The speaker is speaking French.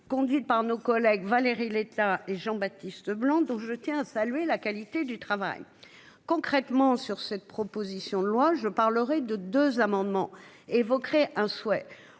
conduite par nos collègues Valérie l'État et Jean-Baptiste Leblanc donc je tiens à saluer la qualité du travail concrètement sur cette proposition de loi, je parlerai de deux amendements évoquerait un souhait